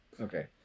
Okay